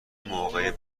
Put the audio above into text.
موقع